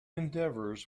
endeavours